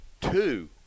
two